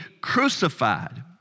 crucified